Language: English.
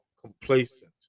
complacent